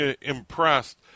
impressed